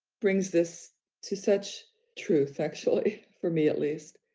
brings this to such truth. actually, for me, at least,